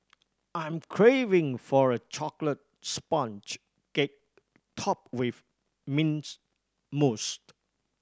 I'm craving for a chocolate sponge cake topped with mint moussed